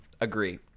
agree